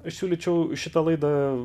siūlyčiau šitą laidą